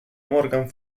morgan